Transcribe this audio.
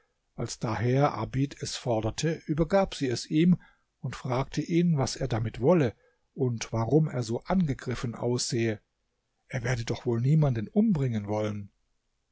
als daher abid es forderte übergab sie es ihm und fragte ihn was er damit wolle und warum er so angegriffen aussehe er werde doch wohl niemanden umbringen wollen